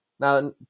Now